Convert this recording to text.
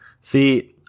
See